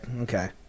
Okay